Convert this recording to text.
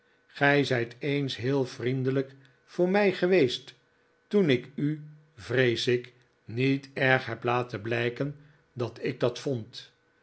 zijt eens heel vriendelijk voor mij geweest toen ik u vrees ik niet erg heb laten blijken dat ik dat vond